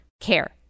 care